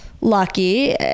lucky